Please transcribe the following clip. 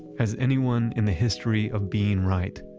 has anyone in the history of being right,